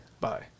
Bye